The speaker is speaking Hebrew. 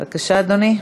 בבקשה, אדוני.